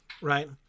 right